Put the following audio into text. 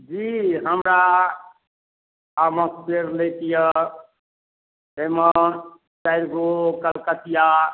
जी हमरा आमक पेड़ लैके यऽ ताहिमे चारिगो कलकतिआ